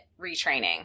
retraining